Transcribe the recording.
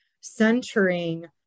centering